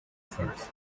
first